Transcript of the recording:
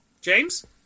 James